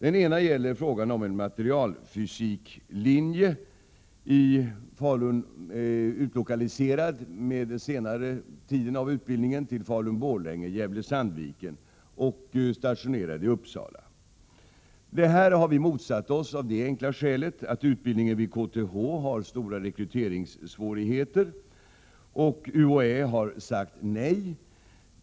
En fråga gäller en materialfysiklinje. Den skulle vara stationerad i Uppsala, men under senare delen av utbildningen utlokaliseras till högskolorna i Falun-Borlänge och Gävle-Sandviken. Vi har motsatt oss detta av det enkla skälet att utbildningen vid KTH har stora rekryteringssvårigheter. UHÄ har sagt nej.